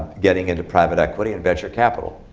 getting into private equity and venture capital.